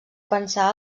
pensar